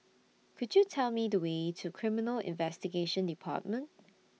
Could YOU Tell Me The Way to Criminal Investigation department